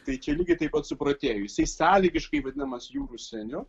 tai čia lygiai taip pat su protėju jisai sąlygiškai vadinamas jūrų seniu